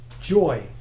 Joy